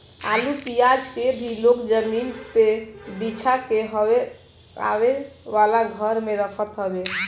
आलू पियाज के भी लोग जमीनी पे बिछा के हवा आवे वाला घर में रखत हवे